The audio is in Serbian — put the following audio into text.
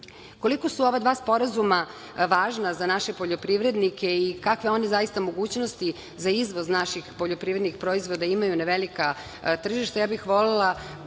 strane. Koliko su ova dva sporazuma važna za naše poljoprivrednike i kakve oni mogućnosti za izvoz naših poljoprivrednih proizvoda imaju na velika tržišta, zamolila